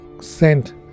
sent